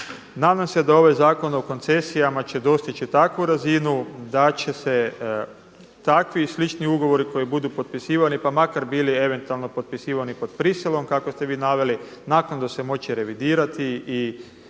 nadam se da ovaj Zakon o koncesijama će dostići takvu razinu da će se takvi i slični ugovori koji budu potpisivani pa makar bili eventualno potpisivani pod prisilom kako ste vi naveli, naknadno se moći revidirati i